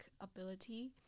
ability